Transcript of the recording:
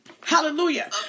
Hallelujah